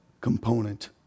component